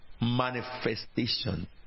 Manifestation